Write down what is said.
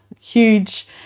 huge